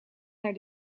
naar